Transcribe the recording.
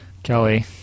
Kelly